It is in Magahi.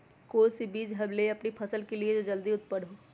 कौन सी बीज ले हम अपनी फसल के लिए जो जल्दी उत्पन हो?